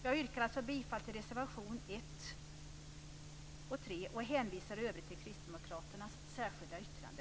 Jag yrkar alltså bifall till reservationerna 1 och 3 och hänvisar i övrigt till Kristdemokraternas särskilda yttrande.